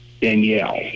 Danielle